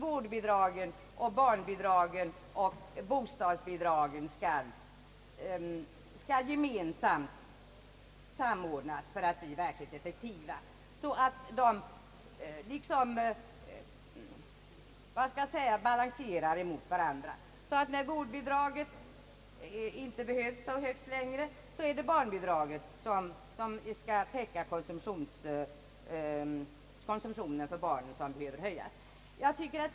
Vårdbidragen, barnbidragen och bostadsbidragen måste samordnas för att bli verkligt effektiva, så att de liksom balanserar emot varandra. När vårdbidraget inte behövs längre, är det barnbidraget som skall ökas för att täcka den ökade konsumtion som uppkommer för barnen.